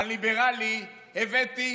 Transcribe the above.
הליברלי, הבאתי